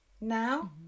now